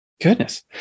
Goodness